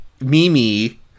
Mimi